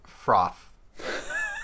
Froth